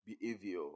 behavior